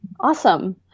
Awesome